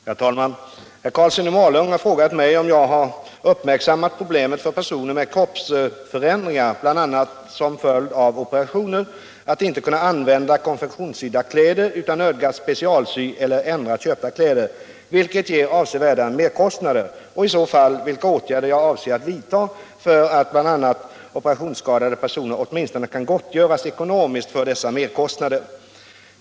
Herr talman! Herr Karlsson i Malung har frågat mig om jag har uppmärksammat problemet för personer med kroppsförändringar, bl.a. som följd av operationer, att inte kunna använda konfektionssydda kläder utan nödgas specialsy eller ändra köpta kläder, vilket ger avsevärda merkostnader, och i så fall vilka åtgärder jag avser att vidta för att bl.a. operationsskadade personer åtminstone kan gottgöras ekonomiskt för dessa merkostnader.